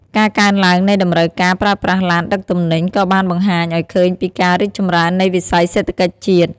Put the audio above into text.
ការកើនឡើងនៃតម្រូវការប្រើប្រាស់ឡានដឹកទំនិញក៏បានបង្ហាញឱ្យឃើញពីការរីកចម្រើននៃវិស័យសេដ្ឋកិច្ចជាតិ។